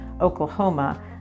Oklahoma